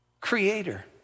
Creator